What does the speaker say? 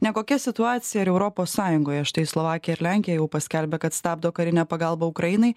nekokia situacija ir europos sąjungoje štai slovakija ir lenkija jau paskelbė kad stabdo karinę pagalbą ukrainai